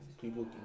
people